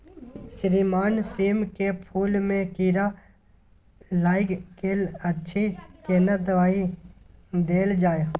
श्रीमान सीम के फूल में कीरा लाईग गेल अछि केना दवाई देल जाय?